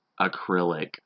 acrylic